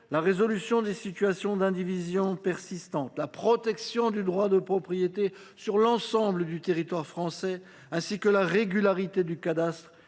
la résolution des situations d’indivision persistantes, la protection du droit de propriété sur l’ensemble du territoire français ainsi que la régularité du cadastre,